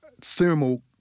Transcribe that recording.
thermal